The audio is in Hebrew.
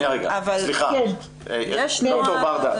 ד"ר ברדה,